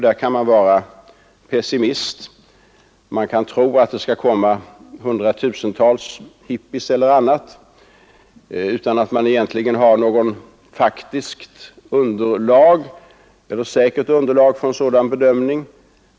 Man kan vara pessimist och tro att det skall komma hundratusentals hippies eller andra utan att egentligen ha något säkert underlag för en sådan bedömning.